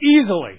easily